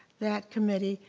that committee,